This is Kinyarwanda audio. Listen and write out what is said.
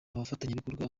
abafatanyabikorwa